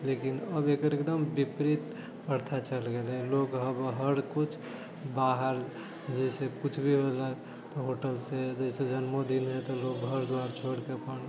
लेकिन अब एकर एकदम विपरीत प्रथा चलि गेलै लोक आब हर किछु बाहर जैसे किछु भी रहलै होटलसँ जैसे जन्मोदिन हइ तऽ लोक घर दुआरि छोड़िके अपन